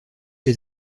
les